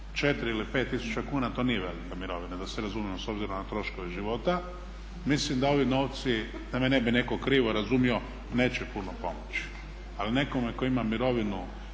4 ili 5 tisuća kuna, to nije velika mirovina da se razumijemo s obzirom na troškove života, mislim da ovi novci, da me ne bi netko krivo razumio, neće puno pomoći. Ali nekome tko ima mirovinu